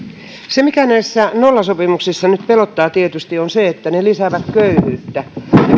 se mikä näissä nollasopimuksissa nyt tietysti pelottaa on se että ne lisäävät köyhyyttä köyhyyttä